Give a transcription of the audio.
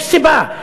יש סיבה.